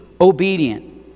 obedient